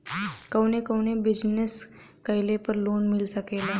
कवने कवने बिजनेस कइले पर लोन मिल सकेला?